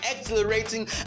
exhilarating